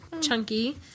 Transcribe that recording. Chunky